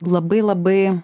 labai labai